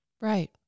Right